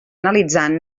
analitzant